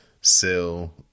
sell